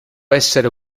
essere